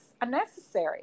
unnecessary